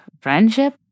friendship